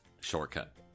shortcut